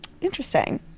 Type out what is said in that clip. interesting